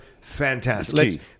Fantastic